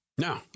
No